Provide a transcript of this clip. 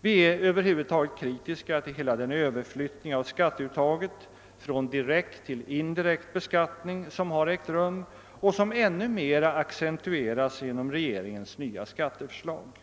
Vi är över huvud taget kritiska mot den överflyttning av skatteuttag från direkt till indirekt beskattning som har ägt rum och som ännu mer accentueras genom regeringens nya skatteförslag.